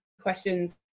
questions